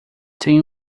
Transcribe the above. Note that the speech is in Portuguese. tem